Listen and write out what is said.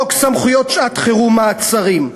חוק סמכויות שעת-חירום (מעצרים),